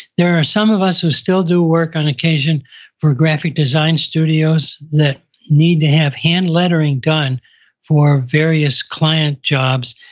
there are some of us who still do work on occasion for graphic design studios that need to have hand lettering done for various client jobs.